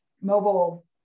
mobile